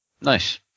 Nice